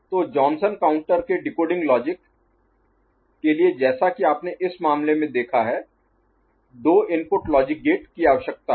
तो Johnson counter के decoding logic के लिए जैसा कि आपने इस मामले में देखा है दो इनपुट लॉजिक गेट की आवश्यकता है